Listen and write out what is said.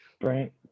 Right